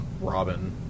Robin